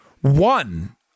One